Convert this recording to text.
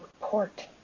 report